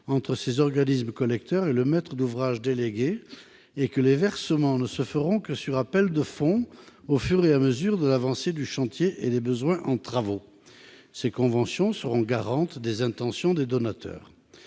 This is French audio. entre ces organismes collecteurs et le maître d'ouvrage délégué. En outre, les versements ne se feront que sur appel de fonds au fur et à mesure de l'avancée du chantier et des besoins en travaux. Ces conventions seront garantes des intentions des donateurs.